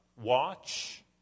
watch